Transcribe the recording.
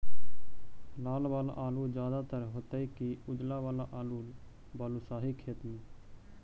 लाल वाला आलू ज्यादा दर होतै कि उजला वाला आलू बालुसाही खेत में?